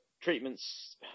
treatments